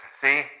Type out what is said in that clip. see